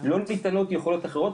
לא ניתנות יכולת אחרות,